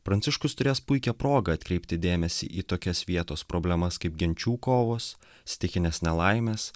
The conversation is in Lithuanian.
pranciškus turės puikią progą atkreipti dėmesį į tokias vietos problemas kaip genčių kovos stichinės nelaimės